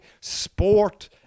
sport